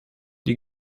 die